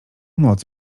noc